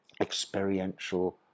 experiential